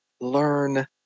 learn